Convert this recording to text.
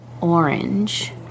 orange